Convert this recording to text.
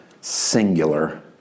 singular